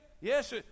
Yes